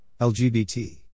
LGBT